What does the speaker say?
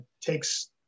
takes